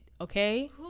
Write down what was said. Okay